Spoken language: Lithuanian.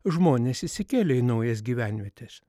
žmonės išsikėlė į naujas gyvenvietes